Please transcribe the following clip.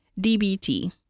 DBT